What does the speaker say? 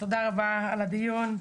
תודה רבה על הדיון,